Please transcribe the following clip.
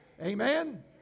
Amen